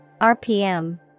RPM